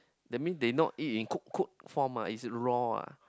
that mean they not eat in cooked cooked form ah it's raw ah